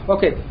Okay